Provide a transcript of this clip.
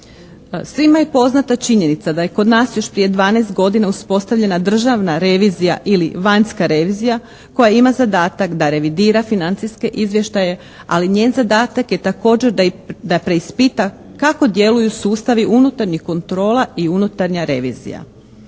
Svima je poznata činjenica da je kod nas još prije 12 godina uspostavljena državna revizija ili vanjska revizija koja ima zadatak da revidira financijske izvještaje ali njen zadatak je također da preispita kako djeluju sustavi unutarnjih kontrola i unutarnja revizija?